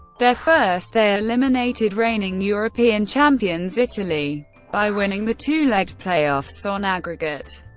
their first, they eliminated reigning european champions italy by winning the two-legged play-offs on aggregate.